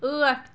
ٲٹھ